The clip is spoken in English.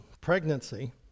pregnancy